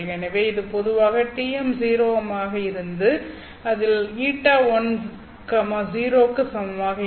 எனவே இது பொதுவாக TM0M ஆக இருந்தது இதில் η 0 க்கு சமமாக இல்லை